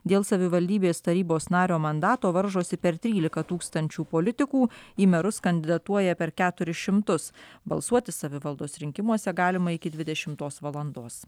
dėl savivaldybės tarybos nario mandato varžosi per trylika tūkstančių politikų į merus kandidatuoja per keturis šimtus balsuoti savivaldos rinkimuose galima iki dvidešimtos valandos